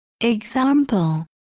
example